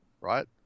right